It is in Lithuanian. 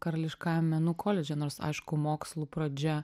karališkajam menų koledže nors aišku mokslų pradžia